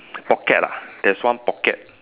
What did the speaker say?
pocket lah there's one pocket